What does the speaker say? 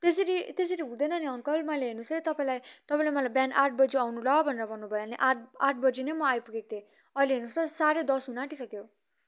त्यसरीम त्यसरी हुँदैन नि अङ्कल मैले हेर्नुहोस् है तपाईँलाई तपाईँले मलाई बिहान आठ बजी आउनु ल भन्नुभयो अनि आठ आठ बजी नै म आइपुगेको थिएँ अहिले हेर्नुहोस् त साँढे दस हुन आँटिसक्यो